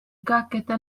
كعكة